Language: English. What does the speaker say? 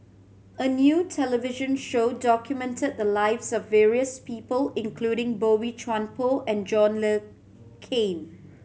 a new television show documented the lives of various people including Boey Chuan Poh and John Le Cain